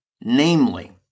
namely